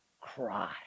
cry